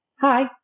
hi